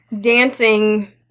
Dancing